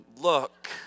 look